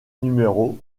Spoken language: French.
numéro